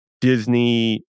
Disney